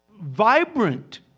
vibrant